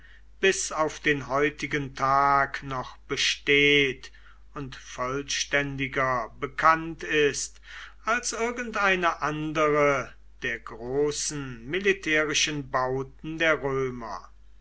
bis auf den heutigen tag noch besteht und vollständiger bekannt ist als irgendeine andere der großen militärischen bauten der römer